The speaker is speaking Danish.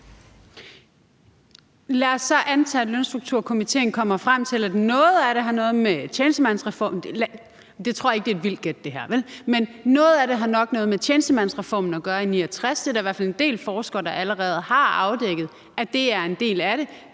er et vildt gæt, at Lønstrukturkomitéen kommer frem til, at noget af det har noget med tjenestemandsreformen fra 1969 at gøre – der er i hvert fald allerede en del forskere, der har afdækket, at det er en del af det,